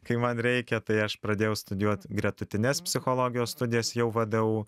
kai man reikia tai aš pradėjau studijuot gretutines psichologijos studijas jau vdu